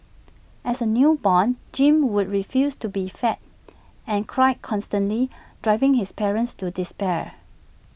as A newborn Jim would refuse to be fed and cried constantly driving his parents to despair